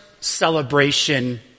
celebration